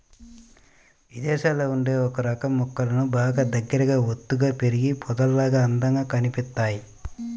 ఇదేశాల్లో ఉండే ఒకరకం మొక్కలు బాగా దగ్గరగా ఒత్తుగా పెరిగి పొదల్లాగా అందంగా కనిపిత్తయ్